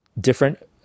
different